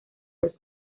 los